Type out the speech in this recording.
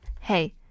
hey